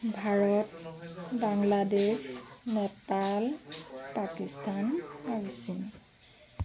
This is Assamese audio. ভাৰত বাংলাদেশ নেপাল পাকিস্তান আৰু চীন